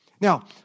Now